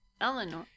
Eleanor